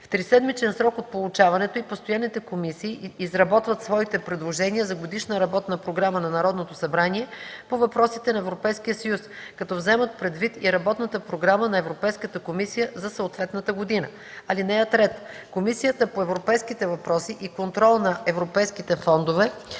В триседмичен срок от получаването й постоянните комисии изработват своите предложения за Годишна работна програма на Народното събрание по въпросите на Европейския съюз, като вземат предвид и Работната програма на Европейската комисия за съответната година. (3) Комисията по европейските въпроси и контрол на европейските фондове,